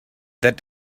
that